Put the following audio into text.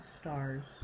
Stars